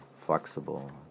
flexible